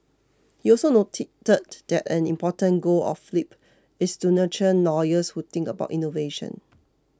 he also noted that that an important goal of Flip is to nurture lawyers who think about innovation